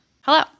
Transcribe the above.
Hello